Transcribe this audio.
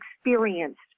experienced